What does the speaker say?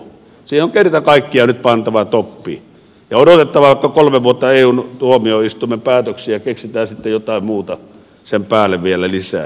siihen on kerta kaikkiaan nyt pantava toppi ja odotettava vaikka kolme vuotta eun tuomioistuimen päätöksiä ja keksitään sitten jotain muuta sen päälle vielä lisää